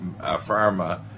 pharma